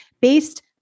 based